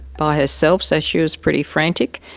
by herself, so she was pretty frantic.